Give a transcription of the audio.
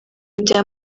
bya